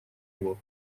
его